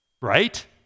right